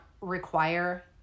require